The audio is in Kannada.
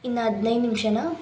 ಇನ್ನು ಹದಿನೈದು ನಿಮಿಷನಾ